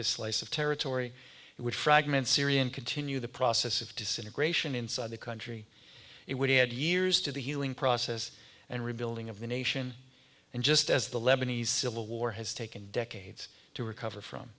this slice of territory it would fragment syrian continue the process of disintegration inside the country it would add years to the ewing process and rebuilding of the nation and just as the lebanese civil war has taken decades to recover from